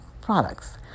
products